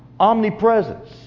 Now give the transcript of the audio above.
omnipresence